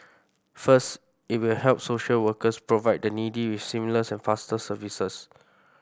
first it will help social workers provide the needy with seamless and faster services